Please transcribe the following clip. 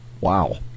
wow